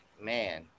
man